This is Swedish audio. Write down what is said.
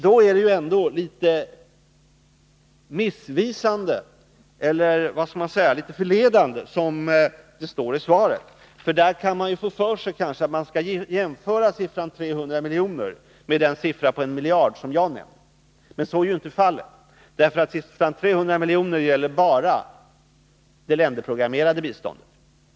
Då är ändå formuleringen i svaret en aning missvisande. Man kan få för sig att man skall jämföra siffran 300 miljoner med den siffra som jag har nämnt — 1 miljard. Så är inte fallet. Siffran 300 miljoner gäller bara det länderprogrammerade biståndet.